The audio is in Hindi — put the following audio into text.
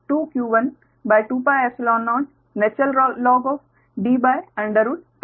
तो यह q1 फिर 2q12πϵ0 InDr1r2